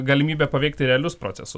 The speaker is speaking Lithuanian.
galimybė paveikti realius procesus